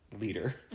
leader